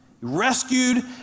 Rescued